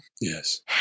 Yes